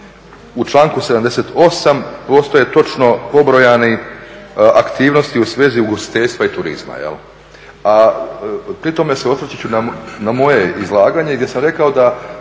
u članku 78. postoje točno pobrojane aktivnosti u svezi ugostiteljstva i turizma, a pri tome se osvrčući na moje izlaganje gdje sam rekao da